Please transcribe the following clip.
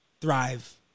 thrive